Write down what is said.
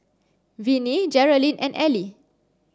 Vinnie Jerilyn and Elie